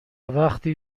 وقتی